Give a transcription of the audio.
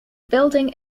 building